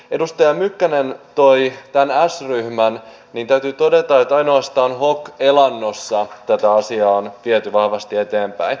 edustaja mykkänen toi esiin tämän s ryhmän niin täytyy todeta että ainoastaan hok elannossa tätä asiaa on viety vahvasti eteenpäin